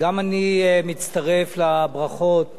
גם אני מצטרף לברכות